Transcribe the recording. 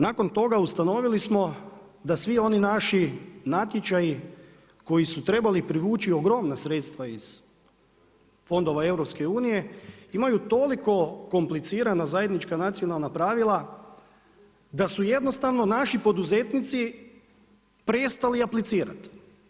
Nakon toga ustanovili smo da svi oni naši natječaju koji su trebali privući ogromna sredstva iz fondova EU-a, imaju toliko komplicirana zajednička nacionalna pravila da su jednostavno naši poduzetnici prestali aplicirati.